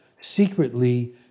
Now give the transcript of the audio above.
secretly